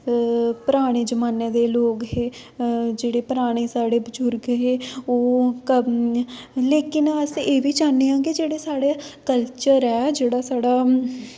पराने जमान्ने दे लोग हे जेह्ड़े पराने साढ़े बजुर्ग हे ओह् लेकिन अस एह् बी चाह्न्ने आं कि जेह्ड़े साढ़ा कल्चर ऐ जेह्ड़ा साढ़ा